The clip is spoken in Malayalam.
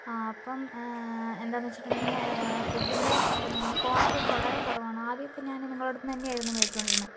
ആ അപ്പം എന്താണെന്ന് വച്ചിട്ടുണ്ടെങ്കിൽ ഫുഡിൻ്റെ പിന്നെ ക്വാളിറ്റി ഒക്കെ വളരെ കുറവാണ് ആദ്യമൊക്കെ ഞാൻ നിങ്ങളുടെ അടുത്തുനിന്ന് തന്നെയാണ് മേടിച്ചുകൊണ്ടിരുന്നത്